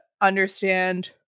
understand